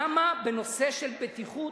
למה בנושא של בטיחות,